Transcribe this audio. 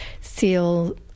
seal